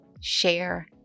share